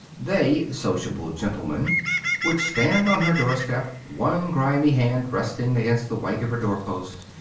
they sociable gentlemen would stand on her door-step, one grimy hand resting against the white of her doorpost,